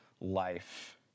life